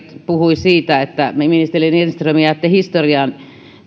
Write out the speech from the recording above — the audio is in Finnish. puhui siitä että ministeri lindström jää historiaan